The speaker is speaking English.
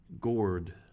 gored